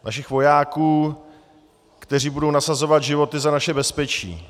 Našich vojáků, kteří budou nasazovat životy za naše bezpečí.